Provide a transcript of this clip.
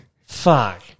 Fuck